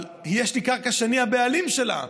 אבל יש לי קרקע שאני הבעלים שלה.